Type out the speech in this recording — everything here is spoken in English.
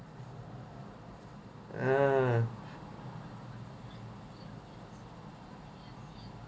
uh